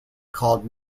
called